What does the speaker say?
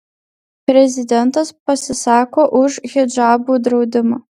prezidentas pasisako už hidžabų draudimą